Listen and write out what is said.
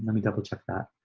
me double check that.